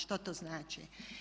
Što to znači?